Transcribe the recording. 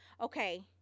Okay